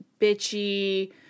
bitchy